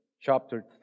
chapter